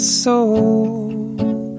soul